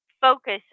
focus